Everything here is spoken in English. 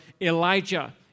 Elijah